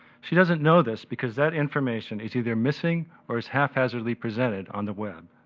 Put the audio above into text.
she doesn't know this because that information is either missing or is haphazardly presented on the web.